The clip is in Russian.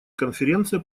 конференция